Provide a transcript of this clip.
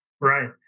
Right